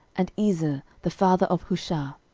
and ezer the father of hushah.